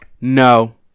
no